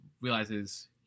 realizes